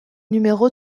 numéro